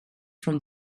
from